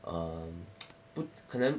um 不可能